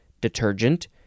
detergent